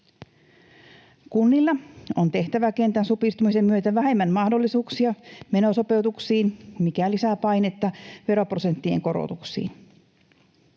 Kunnilla on tehtäväkentän supistumisen myötä vähemmän mahdollisuuksia menosopeutuksiin, mikä lisää painetta veroprosenttien korotuksiin.